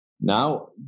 Now